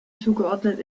zugeordnet